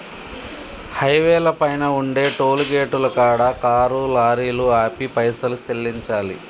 హైవేల పైన ఉండే టోలుగేటుల కాడ కారు లారీలు ఆపి పైసలు సెల్లించాలి